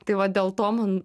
tai va dėl to man